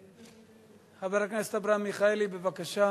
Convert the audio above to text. חבר הכנסת אברהם מיכאלי, בבקשה.